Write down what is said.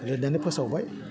लिरनानै फोसावबाय